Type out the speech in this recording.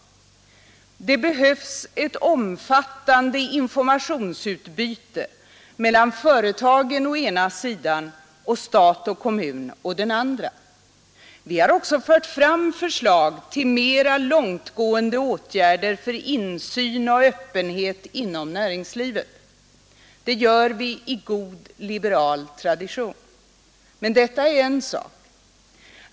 Det behövs ett omfattande informationsutbyte mellan företagen å ena sidan och stat och kommun å den andra. Vi har också fört fram förslag till mera långtgående åtgärder för insyn och öppenhet inom näringslivet. Det gör vi i god liberal tradition. Men detta är en sak.